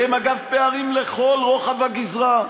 והם, אגב, פערים לכל רוחב הגזרה,